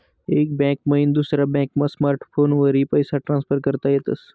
एक बैंक मईन दुसरा बॅकमा स्मार्टफोनवरी पैसा ट्रान्सफर करता येतस